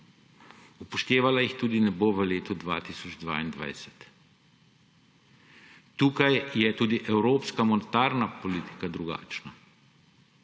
Upoštevala jih tudi ne bo v letu 2022. Tukaj je tudi evropska monetarna politika drugačna